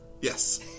yes